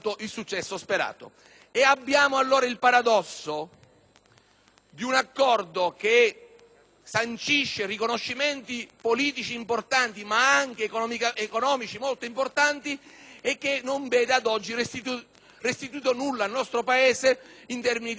sancisce riconoscimenti politici ma anche economici molto importanti e che non vede ad oggi restituito alcunché al nostro Paese in termini di sicurezza relativamente all'approdo degli immigrati clandestini,